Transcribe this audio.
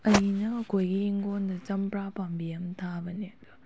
ꯑꯩꯅ ꯑꯩꯈꯣꯏꯒꯤ ꯍꯤꯡꯒꯣꯟꯗ ꯆꯝꯄ꯭ꯔꯥ ꯄꯥꯝꯕꯤ ꯑꯃ ꯊꯥꯕꯅꯦ ꯑꯗꯣ